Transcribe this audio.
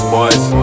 Boys